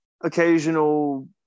occasional